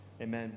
Amen